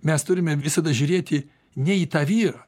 mes turime visada žiūrėti ne į tą vyrą